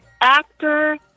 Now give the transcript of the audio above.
Actor